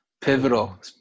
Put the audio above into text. pivotal